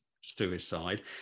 suicide